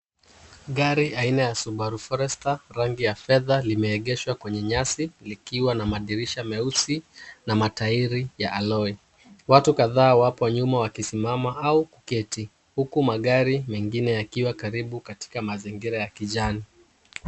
Gari aina ya Subaru Forester rangi ya fedha limeegeshwa kwenye nyasi likiwa na madirisha meusi na matairi ya alloy . Watu kadhaa wapo nyuma wakisimama au kuketi huku magari mengine yakiwa karibu katika mazingira ya kijani.